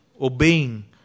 obeying